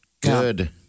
Good